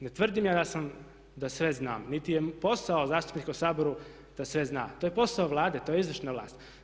Ne tvrdim ja da sve znam, niti je posao zastupnika u Saboru da sve zna, to je posao Vlade, to je izvršna vlast.